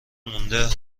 موند